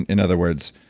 in other words,